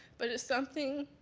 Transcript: but it's something